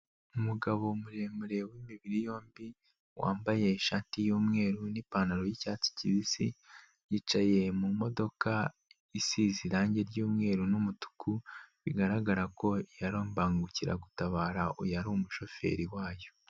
Umugabo muremure w'imibiri yombi wambaye ishati y'umweru n'ipantaro y'icyatsi kibisi. yicaye mu modoka isize irangi ry'umweru n'umutuku, bigaragara ko iyi ari Imbangukiragutabara, uyu ari umushoferi wayo.